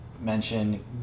mention